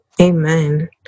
amen